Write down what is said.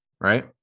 right